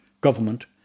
government